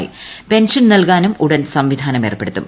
ക്ട്രൻഷൻ നൽകാനും ഉടൻ സംവിധാനം ഏർപ്പെടുത്തും